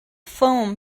foam